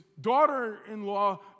daughter-in-law